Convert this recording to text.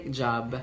job